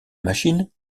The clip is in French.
machine